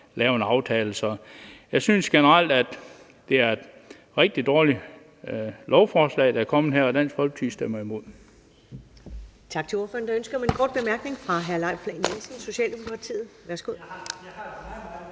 lave en aftale. Så jeg synes generelt, det er et rigtig dårligt lovforslag, der er kommet her, og Dansk Folkeparti stemmer imod.